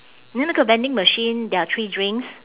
then 那个 vending machine there are three drinks